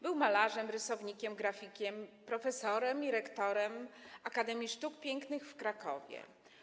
Był malarzem, rysownikiem, grafikiem, profesorem i rektorem Akademii Sztuk Pięknych w Krakowie.